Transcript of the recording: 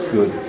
Good